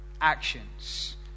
actions